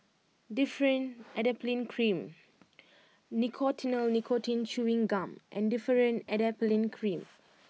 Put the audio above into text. Differin Adapalene Cream Nicotinell Nicotine Chewing Gum and Differin Adapalene Cream